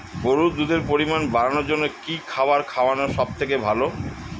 গরুর দুধের পরিমাণ বাড়ানোর জন্য কি খাবার খাওয়ানো সবথেকে ভালো?